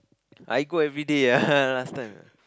I go everyday ah last time